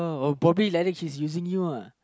oh probably like that she's using you lah